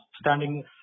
standing